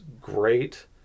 great